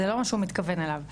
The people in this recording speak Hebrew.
זה לא מה שהוא מתכוון אליו.